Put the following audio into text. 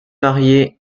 marié